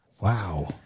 wow